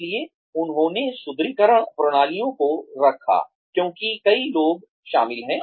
इसलिए उन्होंने सुदृढीकरण प्रणालियों को रखा क्योंकि कई लोग शामिल हैं